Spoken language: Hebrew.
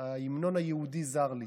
ההמנון היהודי זר לי.